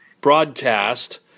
broadcast